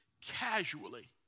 casually